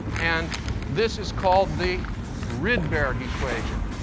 and this is called the rydberg equation.